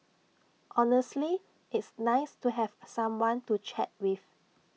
honestly it's nice to have someone to chat with